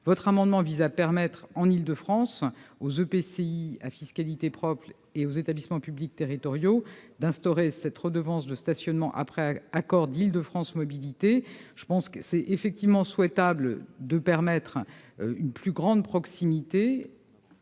L'amendement vise à permettre, dans cette région, aux EPCI à fiscalité propre et aux établissements publics territoriaux d'instaurer cette redevance de stationnement, après accord d'Île-de-France Mobilités. Il est en effet souhaitable de permettre une plus grande proximité,